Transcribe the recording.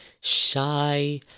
shy